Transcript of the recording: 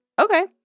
okay